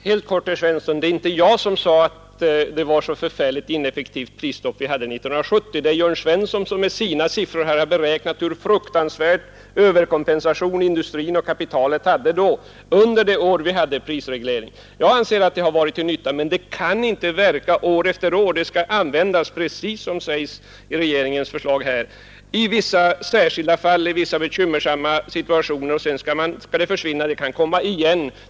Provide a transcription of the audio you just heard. Herr talman! Helt kort till herr Jörn Svensson. Det var inte jag som sade att det var så förfärligt ineffektivt prisstopp vi hade 1970. Det är herr Jörn Svensson som med sina siffror har räknat ut hur fruktansvärt stor överkompensation industrin och kapitalet hade under det år prisregleringen varade. Jag anser att prisstoppet har varit till nytta, men det kan inte verka år efter år. Det skall användas precis som det sägs i regeringens förslag i vissa särskilda fall, i vissa bekymmersamma situationer. Sedan skall det försvinna men kunna komma igen.